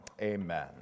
Amen